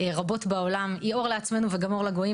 רבות בעולם, היא אור לעצמנו וגם אור לגויים.